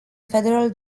federal